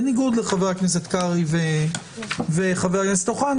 בניגוד לחבר הכנסת קרעי וחבר הכנסת אוחנה,